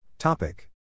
Topic